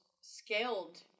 scaled